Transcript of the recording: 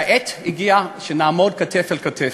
והגיעה העת שנעמוד כתף אל כתף.